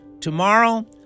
tomorrow